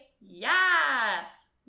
Yes